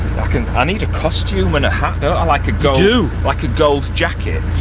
and i need a costume and a hat don't i? like a gold, like a gold jacket.